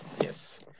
yes